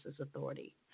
authority